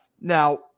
Now